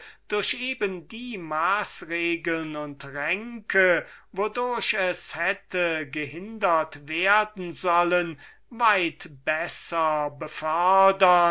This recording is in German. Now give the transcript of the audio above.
durch eben die maßregeln und ränke wodurch es hätte gehindert werden sollen weit besser